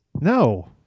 no